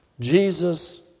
Jesus